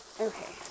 Okay